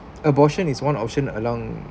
abortion is one option along